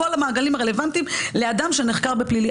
כל המעגלים הרלוונטיים לאדם שנחקר בפלילים.